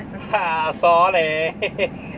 ah sorry